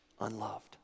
unloved